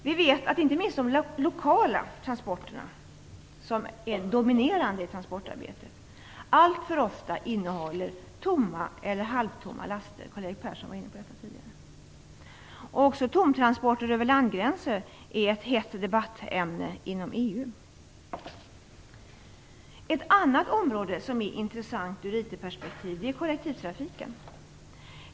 Vi vet att inte minst de lokala transporterna, som är dominerande i transportarbetet, alltför ofta innebär tomma eller halvtomma lastbilar. Karl-Erik Persson var inne på detta tidigare. Även tomtransporter över nationsgränser är ett hett debattämne inom Ett annat område som är intressant ur IT perspektiv är kollektivtrafiken.